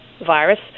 virus